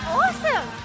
awesome